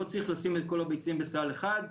לא צריך לשים את כל הביצים בסל אחד,